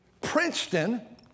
Princeton